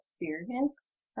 experience